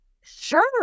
Sure